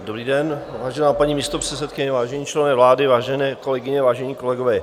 Dobrý den, vážená paní místopředsedkyně, vážení členové vlády, vážené kolegyně, vážení kolegové.